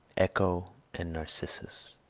echo and narcissus